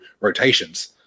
rotations